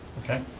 okay.